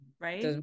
Right